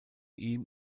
ihm